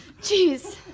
Jeez